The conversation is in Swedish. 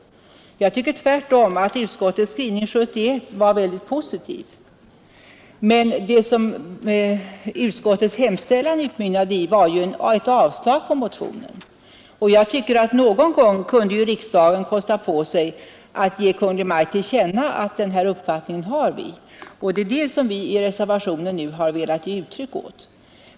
Jag tycker tvärtom att utskottets skrivning 1971 var mycket positiv. Men utskottets hemställan utmynnade den gången i ett avstyrkande av motionen. Någon gång kunde ju riksdagen kosta på sig att ge Kungl. Maj:t till känna att vi har denna uppfattning. Det är detta som vi nu velat ge uttryck åt i reservationen.